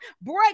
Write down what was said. break